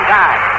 time